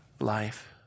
life